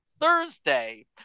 Thursday